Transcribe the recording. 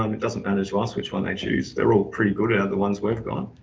um it doesn't matter to us which one they choose. they're all pretty good out of the ones we've got.